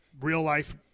real-life